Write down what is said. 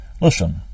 Listen